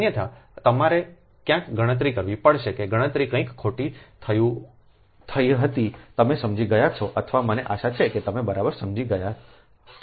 અન્યથા તમારે ક્યાંક ગણતરી કરવી પડશે કે ગણતરી કંઈક ખોટું થયું હતું તમે સમજી ગયા છો અથવા મને આશા છે કે તમે બરાબર સમજી ગયા છો